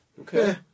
okay